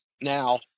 now